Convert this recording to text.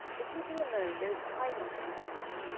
if he be alone, there is tidings in his mouth.